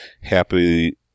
happy